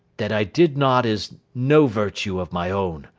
that i did not, is no virtue of my own.